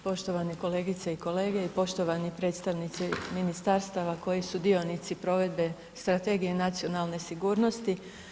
Poštovane kolegice i kolege i poštovani predstavnici ministarstava koji su dionici provedbe Strategije nacionalne sigurnosti.